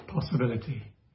possibility